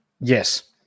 Yes